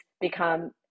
become